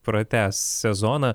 pratęs sezoną